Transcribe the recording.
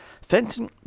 Fenton